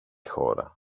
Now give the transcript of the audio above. χώρα